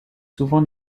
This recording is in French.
souvent